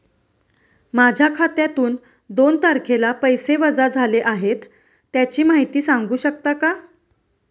माझ्या खात्यातून दोन तारखेला पैसे वजा झाले आहेत त्याची माहिती सांगू शकता का?